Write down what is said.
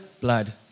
blood